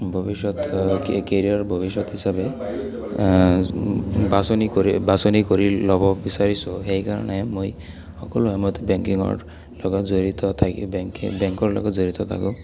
ভৱিষ্যত কেৰিয়াৰ ভৱিষ্যত হিচাপে বাছনি কৰি বাছনি কৰি ল'ব বিচাৰিছোঁ সেইকাৰণে মই সকলো সময়ত বেংকিঙৰ লগত জড়িত থাকি বেংকে বেংকৰ লগত জড়িত থাকোঁ